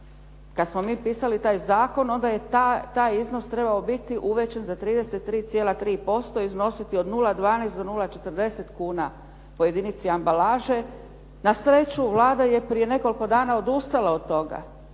Kad smo mi pisali taj zakon, onda je taj iznos trebao biti uvećan za 33,3% i iznositi od 0,12 do 0,40 kuna po jedinici ambalaže. Na sreću, Vlada je prije nekoliko dana odustala od toga